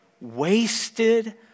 wasted